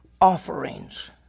offerings